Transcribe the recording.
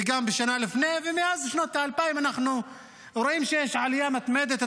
וגם בשנה לפני כן ומאז שנות האלפיים אנחנו רואים שיש עלייה מתמדת,